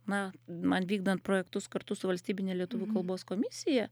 na man vykdant projektus kartu su valstybine lietuvių kalbos komisija